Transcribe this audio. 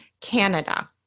Canada